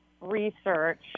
research